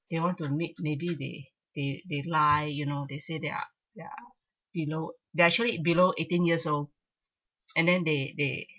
they want to make maybe be they they they lie you know they say they are they are below they are actually below eighteen years old and then they they